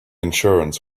insurance